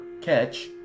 catch